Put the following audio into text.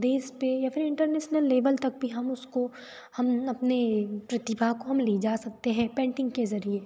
देश पर या फिर इंटरनेसनल लेवल तक भी हम उसको हम अपने प्रतिभा को हम ले जा सकते हैं पेंटिंग के ज़रिए